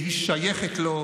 והיא שייכת לו,